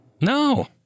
no